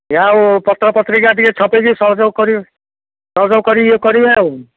ଆ ଆଉ ପତ୍ର ପତ୍ରିକା ଟିକେ ଛପେଇକି ସହଯୋଗ କର ସହଯୋଗ କରିକି ଇଏ କରିବେ ଆଉ